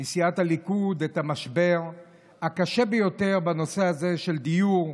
מסיעת הליכוד את המשבר הקשה ביותר בנושא הזה של דיור,